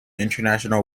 international